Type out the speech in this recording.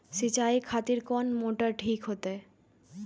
सीचाई खातिर कोन मोटर ठीक होते?